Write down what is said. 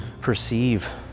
perceive